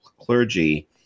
clergy